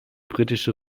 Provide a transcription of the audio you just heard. britische